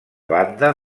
banda